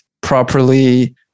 properly